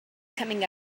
coming